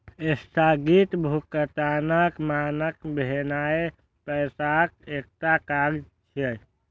स्थगित भुगतानक मानक भेनाय पैसाक एकटा काज छियै